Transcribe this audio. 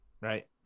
right